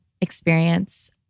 experience